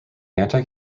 anti